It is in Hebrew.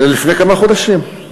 לפני כמה חודשים,